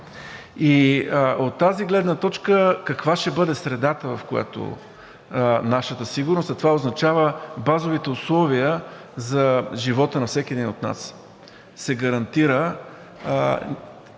И от тази гледна точка каква ще бъде средата, в която нашата сигурност, а това означава базовите условия за живота на всеки един от нас,